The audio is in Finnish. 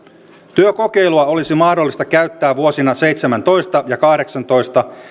työkokeilua olisi mahdollista käyttää vuosina seitsemäntoista ja kahdeksantoista